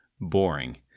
boring